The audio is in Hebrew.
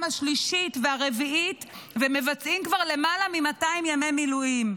השלישית והרביעית ומבצעים כבר למעלה מ-200 ימי מילואים.